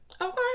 Okay